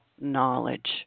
Knowledge